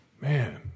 Man